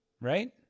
right